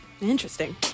Interesting